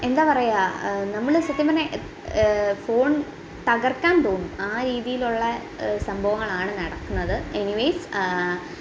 എന്താപറയാ നമ്മൾ സത്യം പറഞ്ഞാൽ എ ഫോൺ തകർക്കാൻ തോന്നും ആ രീതിയിലുള്ള സംഭവങ്ങളാണ് നടക്കുന്നത് എനിവേയ്സ്